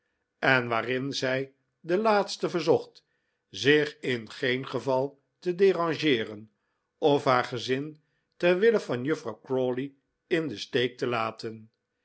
en waarin zij de laatste verzocht zich in geen geval te derangeeren of haar gezin ter wille van juffrouw crawley in den steek te laten